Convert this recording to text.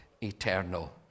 eternal